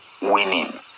winning